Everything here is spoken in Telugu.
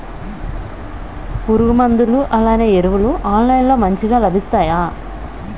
పురుగు మందులు అలానే ఎరువులు ఆన్లైన్ లో మంచిగా లభిస్తాయ?